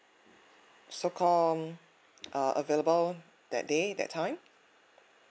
so called uh available that day that time